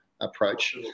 approach